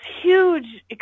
huge